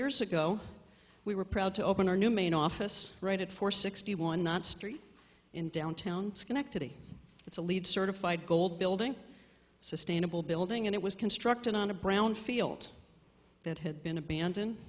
years ago we were proud to open our new main office right at four sixty one not street in downtown schenectady it's a lead certified gold building sustainable building and it was constructed on a brownfield that had been abandoned